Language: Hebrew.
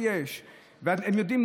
והם יודעים,